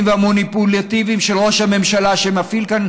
והמניפולטיביים שראש הממשלה מפעיל כאן,